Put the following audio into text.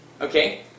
Okay